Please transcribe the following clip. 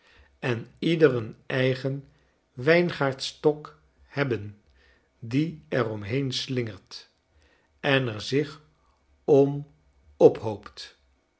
en ieder een eigen wijngaardstok hebben die er omheen slingert en erzich om ophoopt